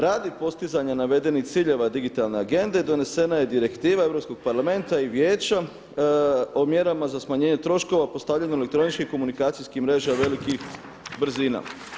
Radi postizanja navedenih ciljeva digitalne Agende donesena je direktiva Europskog parlamenta i Vijeća o mjerama za smanjenje troškova postavljanja elektroničkih komunikacijskih mreža velikih brzina.